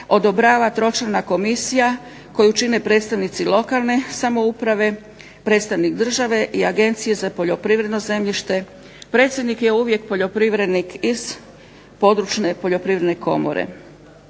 odobrava tročlana komisija koju čine predstavnici lokalne samouprave, predstavnik države i Agencije za poljoprivredno zemljište. Predsjednik je uvijek poljoprivrednik iz područne poljoprivredne komore.